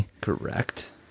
correct